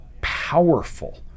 powerful